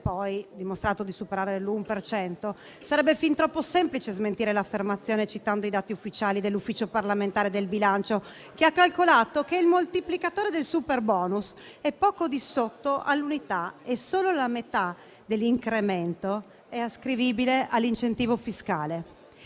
poi dimostrato di superare l'1 per cento. Sarebbe fin troppo semplice smentire l'affermazione citando i dati dell'Ufficio parlamentare di bilancio, che ha calcolato che il moltiplicatore del superbonus è di poco inferiore all'unità e che solo la metà dell'incremento è ascrivibile all'incentivo fiscale.